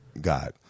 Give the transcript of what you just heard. God